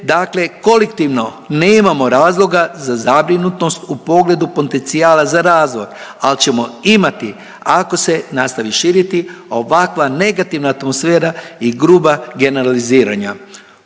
dakle kolektivno nemamo razloga za zabrinutost u pogledu potencijala za razvoj al ćemo imati ako se nastavi širiti ovakva negativna atmosfera i gruba generaliziranja.